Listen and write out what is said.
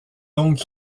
donc